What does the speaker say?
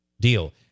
deal